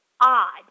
odd